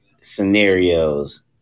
scenarios